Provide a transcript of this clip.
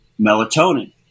melatonin